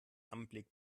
anblick